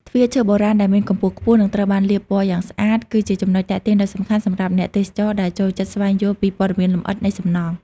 ទ្វារឈើបុរាណដែលមានកម្ពស់ខ្ពស់ និងត្រូវបានលាបពណ៌យ៉ាងស្អាត គឺជាចំណុចទាក់ទាញដ៏សំខាន់សម្រាប់អ្នកទេសចរដែលចូលចិត្តស្វែងយល់ពីព័ត៌មានលម្អិតនៃសំណង់។